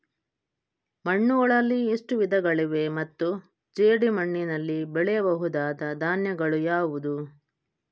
ಮಣ್ಣುಗಳಲ್ಲಿ ಎಷ್ಟು ವಿಧಗಳಿವೆ ಮತ್ತು ಜೇಡಿಮಣ್ಣಿನಲ್ಲಿ ಬೆಳೆಯಬಹುದಾದ ಧಾನ್ಯಗಳು ಯಾವುದು?